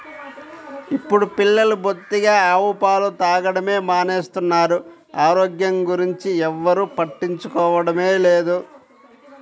ఇప్పుడు పిల్లలు బొత్తిగా ఆవు పాలు తాగడమే మానేస్తున్నారు, ఆరోగ్యం గురించి ఎవ్వరు పట్టించుకోవడమే లేదు